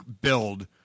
build